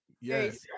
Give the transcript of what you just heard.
Yes